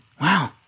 Wow